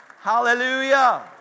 Hallelujah